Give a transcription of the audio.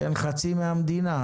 חצי מהמדינה,